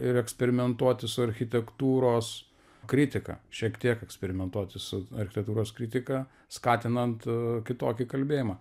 ir eksperimentuoti su architektūros kritika šiek tiek eksperimentuoti su architektūros kritika skatinant kitokį kalbėjimą